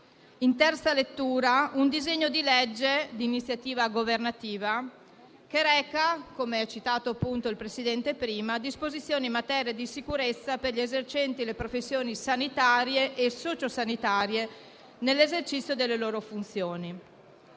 in terza lettura un disegno di legge d'iniziativa governativa, che - come il Presidente ha citato poc'anzi - reca disposizioni in materia di sicurezza per gli esercenti le professioni sanitarie e socio-sanitarie, nell'esercizio delle loro funzioni.